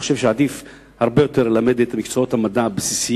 אני חושב שעדיף הרבה יותר ללמד את מקצועות המדע הבסיסיים